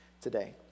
today